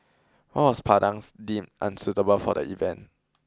why was Padang's deemed unsuitable for the event